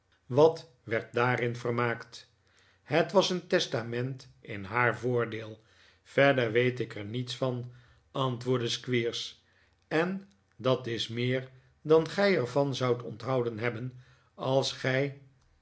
wat werd haar daarin vermaakt het was een testament in haar voordeel verder weet ik er niets van antwoordde squeers en dat is meer dan gij er van zoudt onthouden hebben als gij